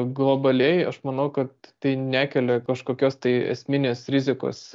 globaliai aš manau kad tai nekelia kažkokios tai esminės rizikos